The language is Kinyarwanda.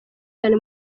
cyane